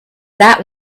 that